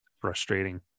Frustrating